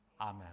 Amen